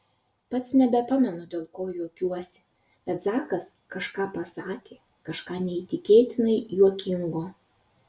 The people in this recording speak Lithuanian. pats nebepamenu dėl ko juokiuosi bet zakas kažką pasakė kažką neįtikėtinai juokingo